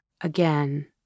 again